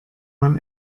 man